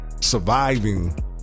surviving